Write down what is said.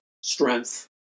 strength